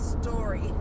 Story